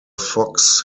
fox